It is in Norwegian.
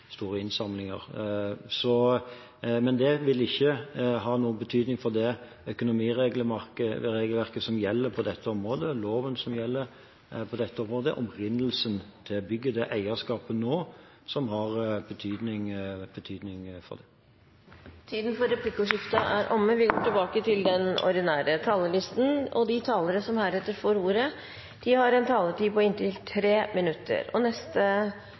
innsamlinger. Men opprinnelsen til bygget vil ikke ha noen betydning for det økonomiregelverket som gjelder på dette området, og loven som gjelder på dette området. Det er eierskapet nå som har betydning for det. Replikkordskiftet er omme. De talerne som heretter får ordet, har en taletid på inntil 3 minutter.